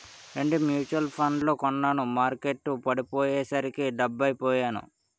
రెండు మ్యూచువల్ ఫండ్లు కొన్నాను మార్కెట్టు పడిపోయ్యేసరికి డెబ్బై పొయ్యాను